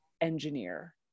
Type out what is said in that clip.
engineer